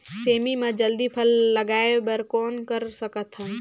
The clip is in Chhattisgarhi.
सेमी म जल्दी फल लगाय बर कौन कर सकत हन?